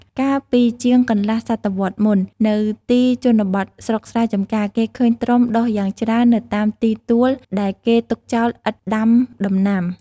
កាលពីជាងកន្លះសតវត្សមុន នៅទីជនបទស្រុកស្រែចម្ការ គេឃើញត្រុំដុះយ៉ាងច្រើននៅតាមទីទួល ដែលគេទុកចោលឥតដាំដំណាំ។